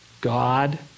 God